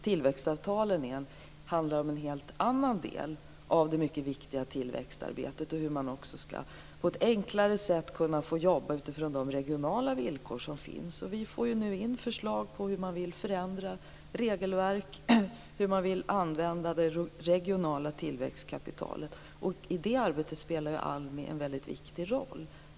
Tillväxtavtalen handlar om en helt annan del av det mycket viktiga tillväxtarbetet och om hur man på ett enklare sätt skall kunna få jobba utifrån de regionala villkor som finns. Och vi får nu in förslag på hur man vill förändra regelverk och hur man vill använda det regionala tillväxtkapitalet, och i det arbetet spelar ALMI en mycket viktig roll.